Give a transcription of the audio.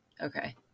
Okay